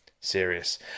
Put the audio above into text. serious